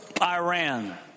Iran